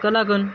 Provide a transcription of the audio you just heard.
kalakand